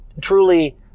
truly